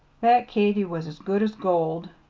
that katy was as good as gold,